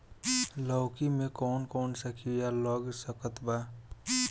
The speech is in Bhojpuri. लौकी मे कौन कौन सा कीड़ा लग सकता बा?